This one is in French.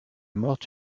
morte